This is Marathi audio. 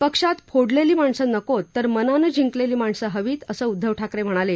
पक्षात फोडलेली माणसं नकोत तर मनानं जिंकलेली माणसं हवीत असं उद्दव ठाकरे म्हणाले